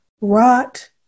rot